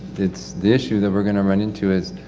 it's, the issue that we're gonna run into is.